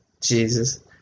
Jesus